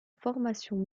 formation